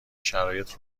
شرایط